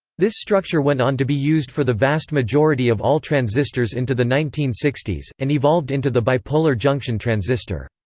this structure went on to be used for the vast majority of all transistors into the nineteen sixty s, and evolved into the bipolar junction transistor.